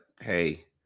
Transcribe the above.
hey